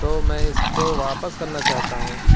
تو میں اس کو واپس کرنا چاہتا ہوں